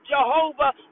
Jehovah